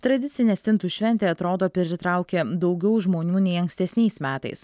tradicinė stintų šventė atrodo pritraukė daugiau žmonių nei ankstesniais metais